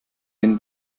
den